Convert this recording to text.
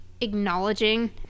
acknowledging